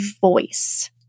voice